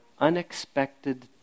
unexpected